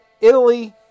Italy